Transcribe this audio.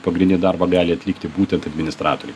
pagrindinį darbą gali atlikti būtent administratoriai